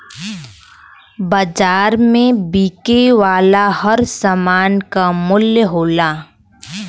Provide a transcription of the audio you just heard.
बाज़ार में बिके वाला हर सामान क मूल्य होला